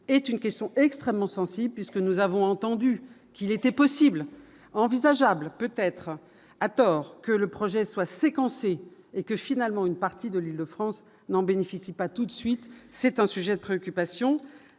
est une question extrêmement puisque nous avons entendu qu'il était possible, envisageable, peut-être à tort, que le projet soit séquencé et que finalement une partie de l'Île-de-France n'en bénéficie pas tout de suite, c'est un sujet de préoccupation,